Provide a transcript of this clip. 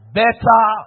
better